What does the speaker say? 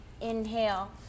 Inhale